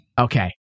Okay